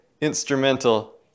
instrumental